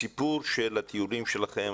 הסיפור של הטיולים שלכם,